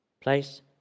Place